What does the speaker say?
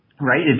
right